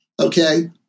Okay